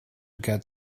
get